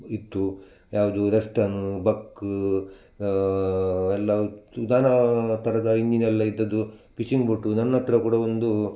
ಇತ್ತು ಯಾವುದು ರೆಸ್ಟನ್ನು ಬಕ್ಕ್ ಎಲ್ಲ ಉತ್ ಉದಾಹ್ನಾ ಥರದ ಇಂಜಿನೆಲ್ಲ ಇದ್ದದ್ದು ಫಿಶಿಂಗ್ ಬೋಟು ನನ್ನ ಹತ್ರ ಕೂಡ ಒಂದು